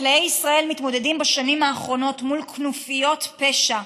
חקלאי ישראל מתמודדים בשנים האחרונות מול כנופיות פשע,